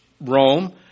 Rome